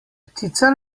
ptica